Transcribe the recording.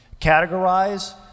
categorize